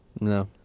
No